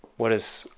what is,